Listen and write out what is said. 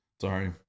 Sorry